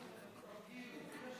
אדוני יושב-ראש